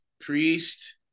priest